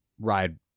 ride